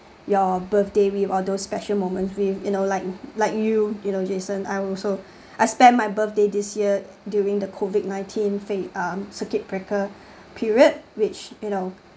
your birthday with all those special moments with you know like like you you know jason I'm also I spend my birthday this year during the COVID nineteen ph~ um circuit breaker period which you know